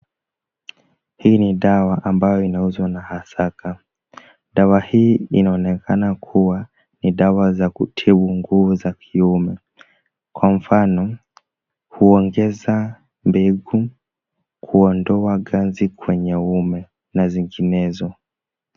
Hii ni dawa ambayo inauzwa na Hazaka, dawa hii inaonekana kuwa ni dawa za kutibu nguvu za kiume, kwa mfano, kuongeza mbegu, kuondoa nganzi kwenye uume na zinginezo.